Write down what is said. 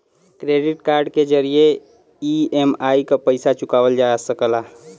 credit card के जरिये EMI क पइसा चुकावल जा सकला